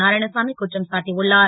நாரயாணசாமி குற்றம் சாட்டியுள்ளார்